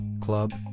club